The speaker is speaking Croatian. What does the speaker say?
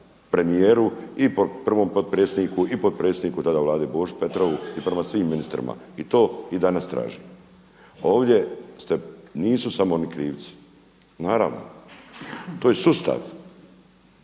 premijeru i prvom potpredsjedniku i potpredsjedniku tada Vlade Boži Petrovu i prema svim ministrima. I to i danas tražim. Ovdje ste, nisu samo oni krivci. Naravno, to je sustav.